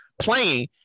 playing